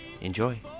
Enjoy